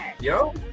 Yo